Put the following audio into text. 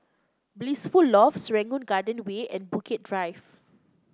Blissful Loft Serangoon Garden Way and Bukit Drive